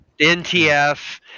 NTF